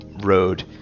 road